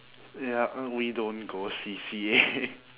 yup uh we don't go C_C_A